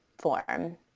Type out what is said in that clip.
form